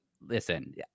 listen